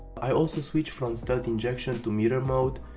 i also switched from stealth injection to mirror mode,